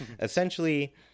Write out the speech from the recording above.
Essentially